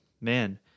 man